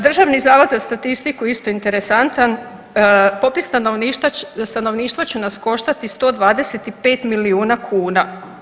Državni zavod za statistiku isto je interesantan, popis stanovništva će nas koštati 125 milijuna kuna.